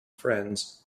friends